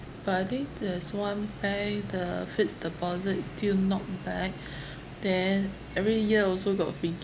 but I think there's one time the fixed deposit is still not bad then every year also got free